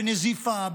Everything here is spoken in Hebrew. בנזיפה,